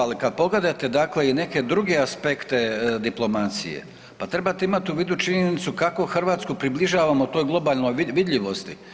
Ali kad pogledate, dakle i neke druge aspekte diplomacije, pa trebate imat u vidu činjenicu kako Hrvatsku približavamo toj globalnoj vidljivosti.